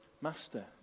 Master